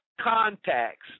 contacts